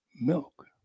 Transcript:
Milk